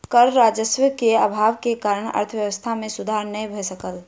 कर राजस्व के अभाव के कारण अर्थव्यवस्था मे सुधार नै भ सकल